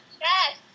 Yes